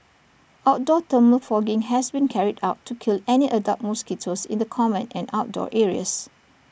outdoor thermal fogging has been carried out to kill any adult mosquitoes in the common and outdoor areas